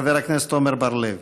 חבר הכנסת עמר בר-לב.